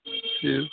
ٹھیٖک